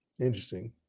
interesting